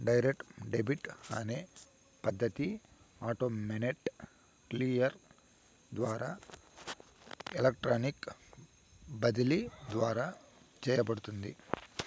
direct debit అనే పద్ధతి automated clear ద్వారా ఎలక్ట్రానిక్ బదిలీ ద్వారా చేయబడుతుంది